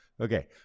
okay